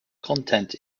content